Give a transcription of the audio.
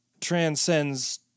transcends